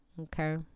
okay